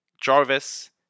Jarvis